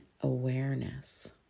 awareness